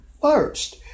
first